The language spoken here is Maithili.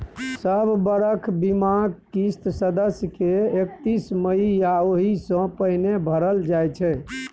सब बरख बीमाक किस्त सदस्य के एकतीस मइ या ओहि सँ पहिने भरल जाइ छै